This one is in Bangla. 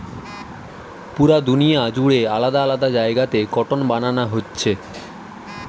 পুরা দুনিয়া জুড়ে আলাদা আলাদা জাগাতে কটন বানানা হচ্ছে